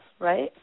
right